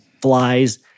flies